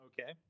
Okay